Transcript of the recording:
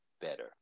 better